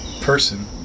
person